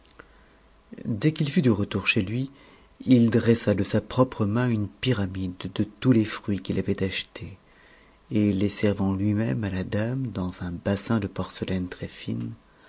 dès qu'il fut de retour chez lui il dressa de sa propre main une pyramide de tous les fruits qu'il avait achetés et les servant lui-même à la da'bf dans un bassin de porcelaine